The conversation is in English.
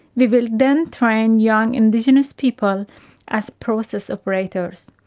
we will then train young indigenous people as process operators.